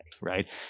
right